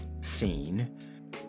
Scene